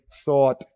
thought